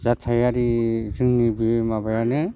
जाथायारि जोंनि बे माबायानो